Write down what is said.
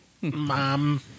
Mom